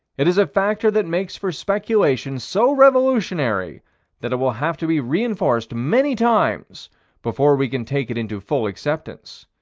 it is a factor that makes for speculation so revolutionary that it will have to be reinforced many times before we can take it into full acceptance.